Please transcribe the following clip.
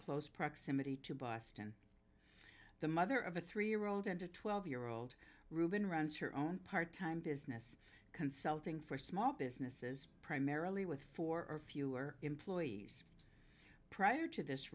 close proximity to boston the mother of a three year old and a twelve year old ruben runs her own part time business consulting for small businesses primarily with four fewer employees prior to this